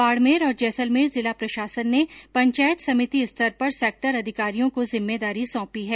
बाड़मेर और जैसलमेर जिला प्रशासन ने पंचायत समिति स्तर पर सेक्टर अधिकारियों को जिम्मेदारी सौंपी है